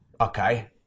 okay